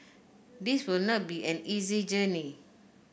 this will not be an easy journey